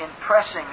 impressing